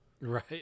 Right